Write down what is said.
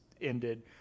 ended